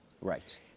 Right